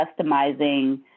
customizing